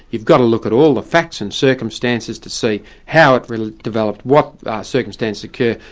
you've got to look at all the facts and circumstances to see how it really developed, what circumstances occurred,